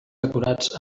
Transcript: decorats